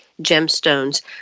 Gemstones